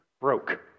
broke